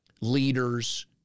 leaders